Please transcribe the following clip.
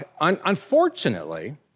Unfortunately